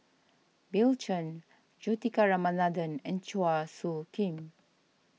Bill Chen Juthika Ramanathan and Chua Soo Khim